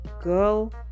Girl